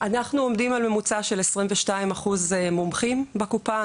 אצלנו יש בממוצע 22% מומחים בקופה.